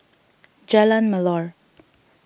Jalan Melor